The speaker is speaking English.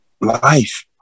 life